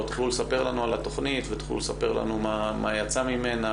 תוכלו לספר לנו על התוכנית ותוכלו לספר לנו מה יצא ממנה